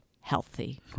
healthy